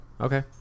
Okay